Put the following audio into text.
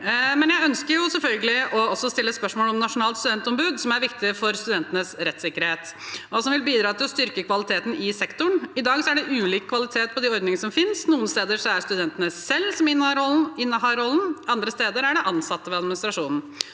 Jeg ønsker selvfølgelig også å stille spørsmål om nasjonalt studentombud, som er viktig for studentenes rettssikkerhet, og som vil bidra til å styrke kvaliteten i sektoren. I dag er det ulik kvalitet på de ordningene som finnes. Noen steder er det studentene selv som innehar rollen, og andre steder er det ansatte ved administrasjonen.